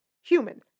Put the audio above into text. Human